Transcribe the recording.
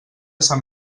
sant